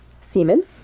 semen